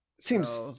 Seems